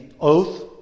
oath